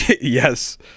yes